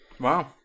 Wow